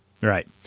Right